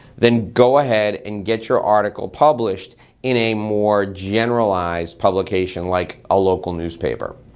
then go ahead and get your article published in a more generalized publication like a local newspaper.